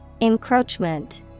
Encroachment